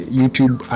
youtube